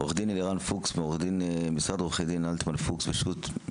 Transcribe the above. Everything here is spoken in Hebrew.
עורך דין אלירן פוקס ממשרד עורכי דין אלטמן פוקס ושות',